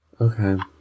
Okay